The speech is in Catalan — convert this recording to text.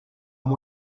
amb